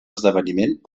esdeveniment